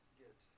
get